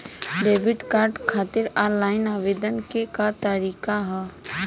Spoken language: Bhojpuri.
डेबिट कार्ड खातिर आन लाइन आवेदन के का तरीकि ह?